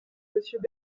monsieur